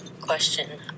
Question